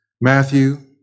Matthew